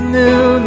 new